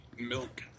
milk